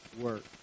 work